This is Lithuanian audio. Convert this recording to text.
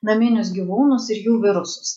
naminius gyvūnus ir jų virusus